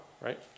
right